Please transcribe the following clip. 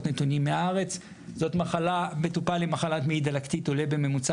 נתונים מהארץ מטופל עם מחלת מעי דלקתית עולה בממוצע